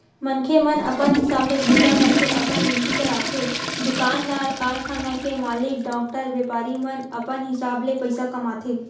मनखे मन अपन हिसाब ले बूता करके अपन जिनगी चलाथे दुकानदार, कारखाना के मालिक, डॉक्टर, बेपारी मन अपन हिसाब ले पइसा कमाथे